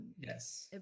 Yes